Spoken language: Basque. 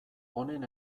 honen